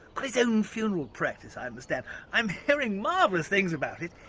got his own funeral practice, i understand. i'm hearing marvellous things about it.